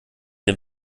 dem